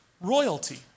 royalty